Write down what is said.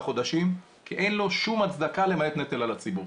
חודשים כי אין לו שום הצדקה למעט נטל על הציבור.